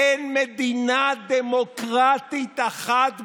אין מדינה דמוקרטית אחת בעולם,